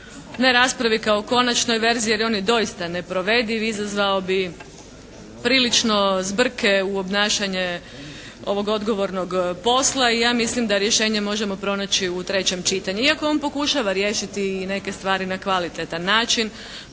ne raspravi kao konačnoj verziji jer on je doista neprovediv, izazvao bi prilično zbrke u obnašanje ovog odgovornog posla. I ja mislim da rješenje možemo pronaći u trećem čitanju. Iako on pokušava riješiti neke stvari na kvalitetan način,